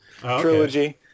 trilogy